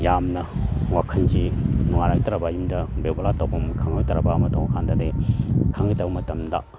ꯌꯥꯝꯅ ꯋꯥꯈꯟꯁꯤ ꯅꯨꯡꯉꯥꯏꯔꯛꯇ꯭ꯔꯕ ꯌꯨꯝꯗ ꯕꯦꯕꯨꯂꯥ ꯇꯧꯐꯝ ꯈꯪꯉꯛꯇ꯭ꯔꯕ ꯑꯃ ꯇꯧꯕ ꯀꯥꯟꯗꯗꯤ ꯈꯪꯉꯛꯇꯕ ꯃꯇꯝꯗ